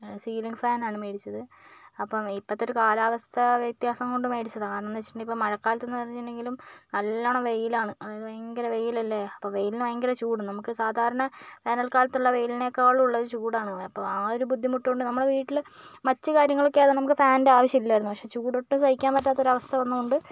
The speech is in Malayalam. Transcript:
സീലിംഗ് ഫാന് ആണ് മേടിച്ചത് അപ്പം ഇപ്പോഴത്തെ ഒരു കാലാവസ്ഥ വ്യത്യാസം കൊണ്ടു മേടിച്ചതാണ് കാരണം എന്ന് വെച്ചിട്ടുണ്ടെങ്കിൽ ഇപ്പം മഴക്കാലത്ത് എന്ന് പറയുന്നുണ്ടെങ്കിലും നല്ലോണം വെയിലാണ് അതായത് ഭയങ്കര വെയിലല്ലേ അപ്പോൾ വെയിലിനു ഭയങ്കര ചൂട് നമുക്ക് സാധാരണ വേനല്ക്കാലത്തുള്ള വെയിലിനെക്കാളും ഉള്ളത് ചൂടാണ് അപ്പോൾ ആ ഒരു ബുദ്ധിമുട്ട് കൊണ്ടു നമ്മുടെ വീട്ടില് മച്ച് കാര്യങ്ങളൊക്കെയാ നമുക്ക് ഫാനിന്റെ ആവശ്യം ഇല്ലായിരുന്നു പക്ഷേ ചൂട് ഒട്ടും സഹിക്കാന് പറ്റാത്ത ഒരവസ്ഥ വന്നത് കൊണ്ട്